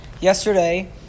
Yesterday